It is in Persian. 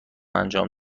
انجام